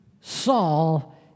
Saul